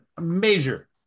major